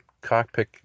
cockpit